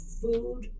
food